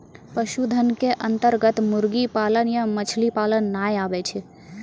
पशुधन के अन्तर्गत मुर्गी पालन या मछली पालन नाय आबै छै